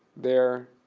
there,